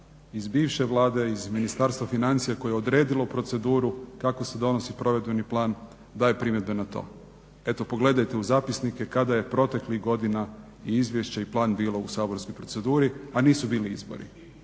iz bivše Vlade iz Ministarstva financija koje je odredilo proceduru kako se donosi provedbeni plan daje primjedbe na to. Eto, pogledajte u zapisnike kada je proteklih godina i izvješće i plan bilo u saborskoj proceduri a nisu bili izbori.